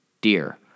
dear